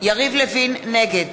נגד